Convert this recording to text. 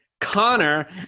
Connor